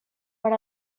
per